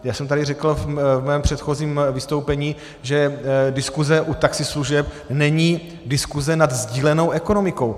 Já jsem tady řekl ve svém předchozím vystoupení, že diskuze u taxislužeb není diskuze nad sdílenou ekonomikou.